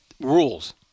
rules